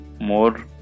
more